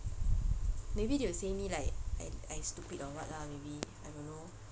maybe they would say me like I I stupid or what lah maybe I don't know